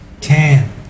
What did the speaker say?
Ten